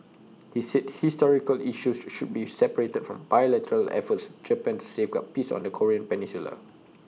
he said historical issues should be separated from bilateral efforts Japan to safeguard peace on the Korean peninsula